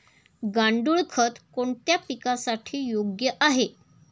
गांडूळ खत कोणत्या पिकासाठी योग्य आहे?